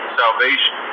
salvation